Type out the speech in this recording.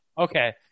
Okay